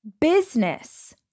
business